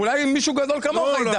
אולי מישהו גדול כמוך.